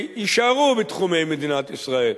יישארו בתחומי מדינת ישראל.